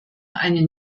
eine